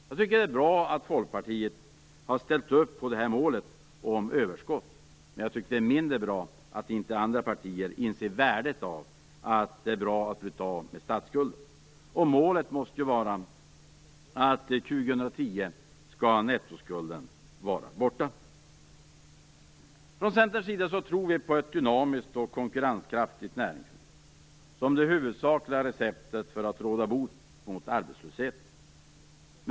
Jag tycker att det är bra att Folkpartiet har ställt upp på målet om överskott, men jag tycker att det är mindre bra att andra partier inte inser värdet av att betala av på statsskulden. Målet måste vara att nettoskulden år 2010 skall vara borta. Från Centerpartiets sida tror vi på ett dynamiskt och konkurrenskraftigt svenskt näringsliv som det huvudsakliga receptet för att råda bot på arbetslösheten.